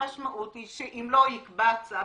המשמעות היא שאם לא יקבע צו,